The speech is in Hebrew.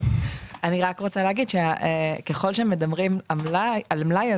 ככל שמדברים על מלאי,